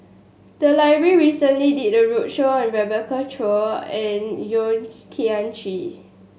the library recently did a roadshow on Rebecca Chua and Yeo Kian Chye